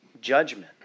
judgment